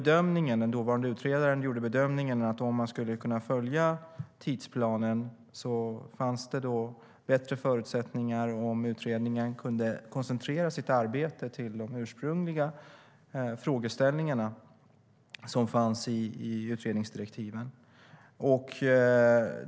Den dåvarande utredaren gjorde bedömningen att om man skulle kunna följa tidsplanen fanns det bättre förutsättningar om utredningen kunde koncentrera sitt arbete till de ursprungliga frågeställningar som fanns i utredningsdirektiven.